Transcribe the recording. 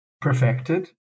perfected